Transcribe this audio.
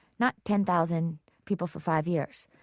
not ten thousand people for five years,